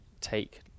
take